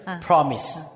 promise